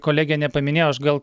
kolegė nepaminėjo aš gal